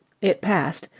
it passed,